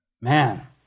Man